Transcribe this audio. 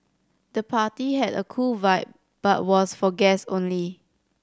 the party had a cool vibe but was for guests only